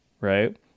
right